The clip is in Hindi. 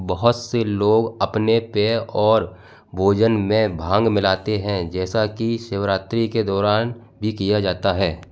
बहुत से लोग अपने पेय और भोजन में भांग मिलाते हैं जैसा कि शिवरात्रि के दौरान भी किया जाता है